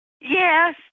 yes